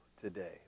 today